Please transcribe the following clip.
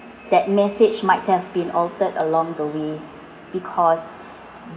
that message might have been altered along the way because